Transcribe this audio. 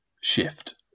shift